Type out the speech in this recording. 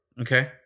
okay